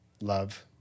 Love